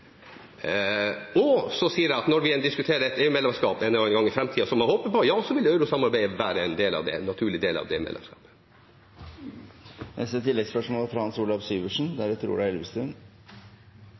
Og så sier jeg at når vi igjen diskuterer et EU-medlemskap en eller annen gang i framtida, som jeg håper på, ja, så vil eurosamarbeidet være en naturlig del av det medlemskapet. Hans Olav Syversen – til neste oppfølgingsspørsmål. Dette er